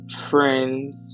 friends